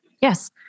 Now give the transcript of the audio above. Yes